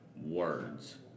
words